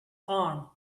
arm